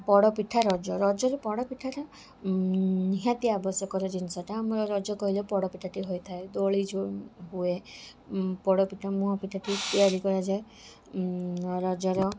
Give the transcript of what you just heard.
ପୋଡ଼ପିଠା ରଜ ରଜରେ ପୋଡ଼ପିଠାଟା ନିହାତି ଆବଶ୍ୟକର ଜିନିଷଟା ଆମର ରଜ କହିଲେ ପୋଡ଼ପିଠାଟି ହୋଇଥାଏ ଦୋଳି ଯେଉଁ ହୁଏ ପୋଡ଼ପିଠା ମୁହାଁ ପିଠା ଟି ତିଆରି କରାଯାଏ ରଜର